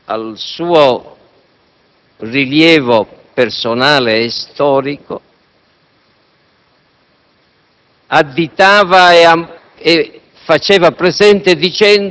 A questo punto, potrebbe avere fondamento il sospetto